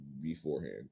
beforehand